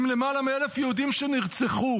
עם למעלה מ-1,000 יהודים שנרצחו,